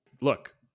Look